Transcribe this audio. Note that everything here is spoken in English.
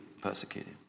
persecuted